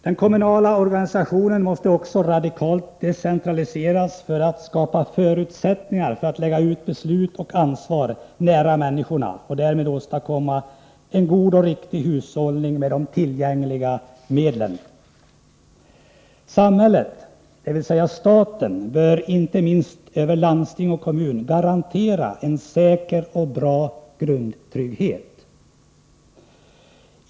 Den kommunala organisationen måste också radikalt decentraliseras för att man skall kunna skapa förutsättningar för att lägga ut beslut och ansvar nära människorna och därmed åstadkomma en god och riktig hushållning med tillgängliga medel. Samhället, dvs. staten, bör inte minst över landsting och kommuner garantera en säker och bra grundtrygghet.